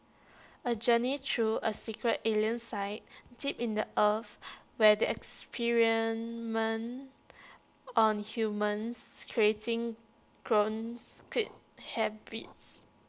A journey through A secret alien site deep in the earth where they experiment on humans creating hybrids